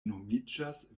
nomiĝas